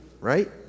right